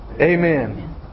Amen